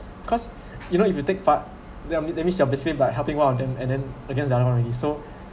cause you know if you take part that will means that means you are basically like helping one of them and then against the other already so